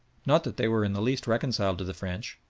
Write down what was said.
not that they were in the least reconciled to the french,